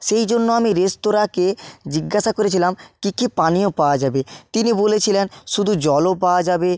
সেই জন্য আমি রেস্তোরাঁকে জিজ্ঞাসা করেছিলাম কী কী পানীয় পাওয়া যাবে তিনি বলেছিলেন শুধু জলও পাওয়া যাবে